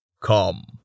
Come